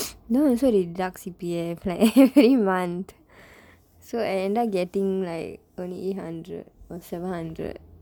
that one also they deduct C_P_F like every month so I ended up getting like only eight hundred or seven hundred